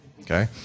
Okay